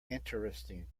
interesting